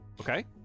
Okay